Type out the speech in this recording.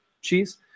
cheese